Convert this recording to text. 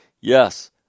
yes